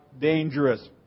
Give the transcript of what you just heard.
dangerous